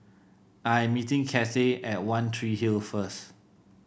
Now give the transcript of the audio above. I'm meeting Kathey at One Tree Hill first